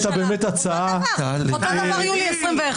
טלי,